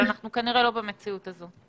אבל אנחנו כנראה לא במציאות הזו.